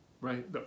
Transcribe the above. right